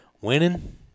winning